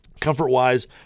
Comfort-wise